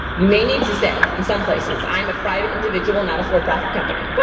you may need to say, in some places, i'm a private individual not a for-profit company, but